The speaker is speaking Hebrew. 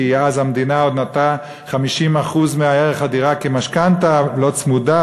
כי אז המדינה עוד נתנה 50% מערך הדירה כמשכנתה לא צמודה,